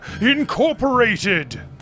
Incorporated